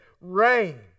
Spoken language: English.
rain